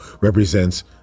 represents